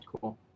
cool